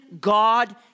God